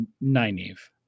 naive